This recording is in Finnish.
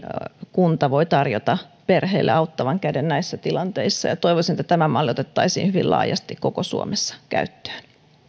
kunta voi tarjota perheelle auttavan käden näissä tilanteissa toivoisin että tämä malli otettaisiin hyvin laajasti koko suomessa käyttöön